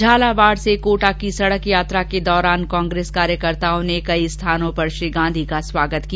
झालावाड़ से कोटा की सड़क यात्रा के दौरान कांग्रेस कार्यकर्ताओं ने कई जगहों पर श्री गांधी का स्वागत किया